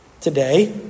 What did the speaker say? Today